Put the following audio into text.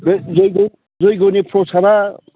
बे जैग' जैग'नि प्रसादआ